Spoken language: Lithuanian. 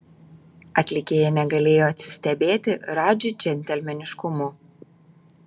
atlikėja negalėjo atsistebėti radži džentelmeniškumu